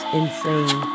insane